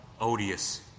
odious